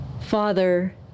Father